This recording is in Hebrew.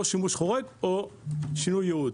או שימוש חורג או שינוי ייעוד.